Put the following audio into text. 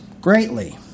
greatly